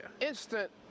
instant